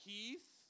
Keith